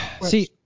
See